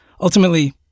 ultimately